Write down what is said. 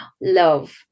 love